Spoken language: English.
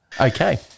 Okay